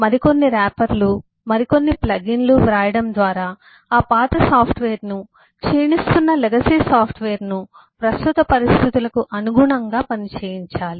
మరికొన్ని రేపర్లు మరికొన్ని ప్లగ్ ఇన్లు వ్రాయడం ద్వారా ఆ పాత సాఫ్ట్వేర్ను క్షీణిస్తున్న లెగసీ సాఫ్ట్వేర్ను ప్రస్తుత పరిస్థితులకు అనుగుణంగా పని చేయించాలి